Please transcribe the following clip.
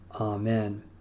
Amen